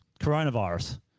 coronavirus